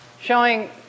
Showing